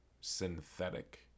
synthetic